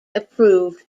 approved